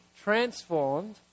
transformed